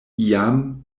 iam